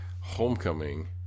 Homecoming